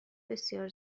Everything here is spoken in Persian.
بسیار